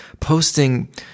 posting